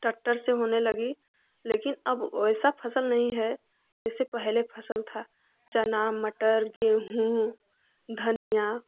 tractor से होने लगी लेकिन अब वैसा फसल नहीं है जैसे पहले फसल था चना मटर गेहूँ धनिया